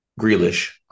Grealish